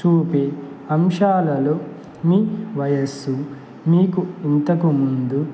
చూపే అంశాలలో మీ వయస్సు మీకు ఇంతకు ముందు